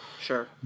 sure